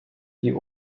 die